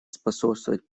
способствовать